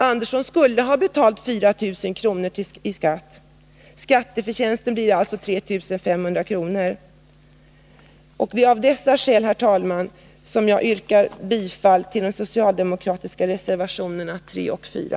Andersson skulle ha betalat 4 000 kr. i skatt. Skatteförtjänsten blir alltså 3 500 kr. Av de skäl som jag här har redovisat yrkar jag bifall till de socialdemokratiska reservationerna 3 och 4.